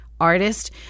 artist